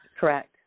Correct